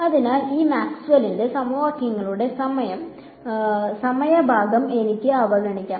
അതിനാൽ ഈ മാക്സ്വെല്ലിന്റെ സമവാക്യങ്ങളുടെ സമയ ഭാഗം എനിക്ക് അവഗണിക്കാം